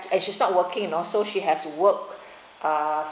and she's not working you know so she has to work uh